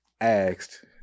asked